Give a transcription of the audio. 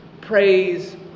Praise